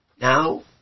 Now